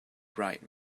bright